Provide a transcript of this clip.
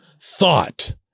thought